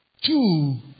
two